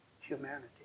humanity